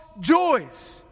joys